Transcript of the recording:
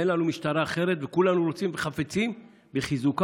אין לנו משטרה אחרת, וכולנו רוצים וחפצים בחיזוקה.